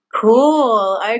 Cool